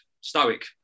stoic